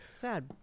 sad